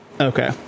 Okay